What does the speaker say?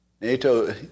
NATO